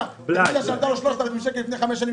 טלוויזיה שעלתה לו 3,000 שקל לפני חמש שנים,